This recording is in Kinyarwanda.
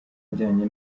ajyanye